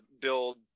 build